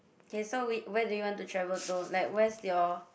okay so we where do you want to travel to like where's your